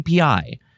API